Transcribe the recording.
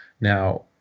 Now